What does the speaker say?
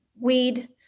weed